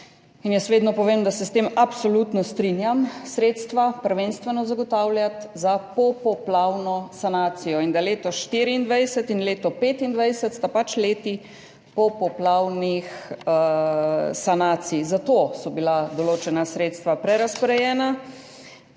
in jaz vedno povem, da se s tem absolutno strinjam – sredstva prvenstveno zagotavljati za popoplavno sanacijo in da sta leto 2024 in leto 2025 pač leti popoplavnih sanacij. Zato so bila določena sredstva prerazporejena